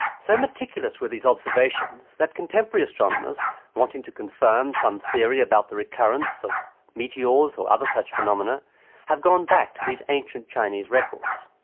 so meticulous were these observations that contemporary astronomers wanting to confirm some theory about the recurrence of meteors or other such phenomena have gone back to these ancient chinese records.